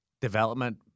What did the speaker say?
Development